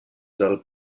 del